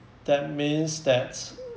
that means that's